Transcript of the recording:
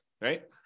right